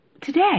today